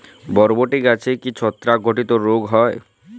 বরবটি গাছে কি ছত্রাক ঘটিত রোগ হয়?